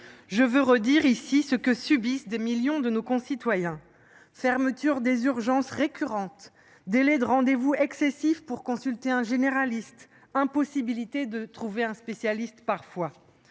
je veux redire ici ce que subissent des millions de nos concitoyens : fermeture récurrente des urgences, délais de rendez vous excessifs pour consulter un généraliste, impossibilité parfois d’en trouver chez un spécialiste.